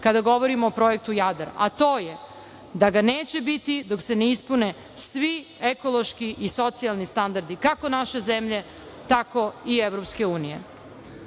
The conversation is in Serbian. kada govorimo o projektu Jadar, a to je da ga neće biti dok se ne ispune svi ekološki i socijalni standardi kako naše zemlje, tako i EU.Franciska